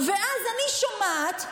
ואז אני שומעת,